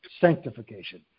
sanctification